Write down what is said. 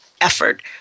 effort